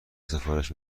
سفارش